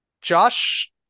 Josh